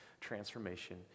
transformation